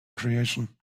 creation